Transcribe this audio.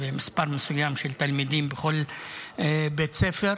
לפי מספר מסוים של תלמידים בכל בית ספר.